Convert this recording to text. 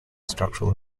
structural